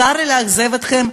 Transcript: צר לי לאכזב אתכם,